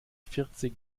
vierzig